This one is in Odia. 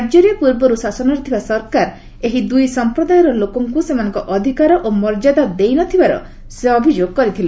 ରାଜ୍ୟରେ ପୂର୍ବରୁ ଶାସନରେ ଥିବା ସରକାର ଏହି ଦୁଇ ସଂପ୍ରଦାୟର ଲୋକଙ୍କୁ ସେମାନଙ୍କ ଅଧିକାର ଓ ମର୍ଯ୍ୟାଦା ଦେଇନଥିବାର ସେ ଅଭିଯୋଗ କରିଥିଲେ